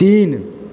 तीन